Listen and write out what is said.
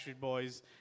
Boys